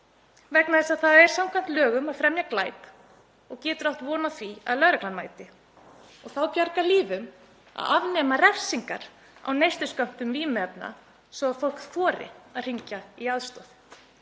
vegna þess að það er samkvæmt lögum að fremja glæp og getur átt von á því að lögreglan mæti. Þá bjargar lífum að afnema refsingar við neysluskömmtum vímuefna svo að fólk þori að hringja eftir aðstoð.